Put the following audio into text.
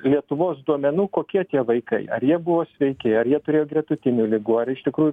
lietuvos duomenų kokie tie vaikai ar jie buvo sveiki ar jie turėjo gretutinių ligų ar iš tikrųjų